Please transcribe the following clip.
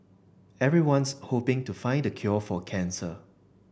everyone's hoping to find the cure for cancer